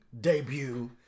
debut